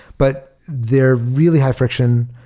but they're really high-friction,